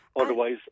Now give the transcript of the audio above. otherwise